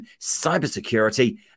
cybersecurity